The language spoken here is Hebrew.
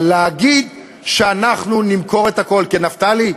אבל להגיד שאנחנו נמכור את הכול, כי, נפתלי,